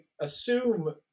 assume